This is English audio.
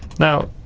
now,